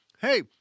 hey